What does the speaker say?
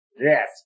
Yes